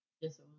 Yes